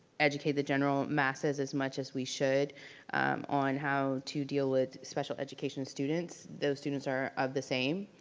educate the general masses as much as we should on how to deal with special education students, those students are of the same.